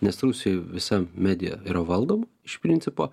nes rusijoj visa medija yra valdoma iš principo